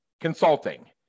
consulting